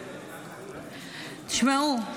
תשמעו,